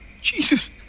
Jesus